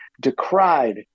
decried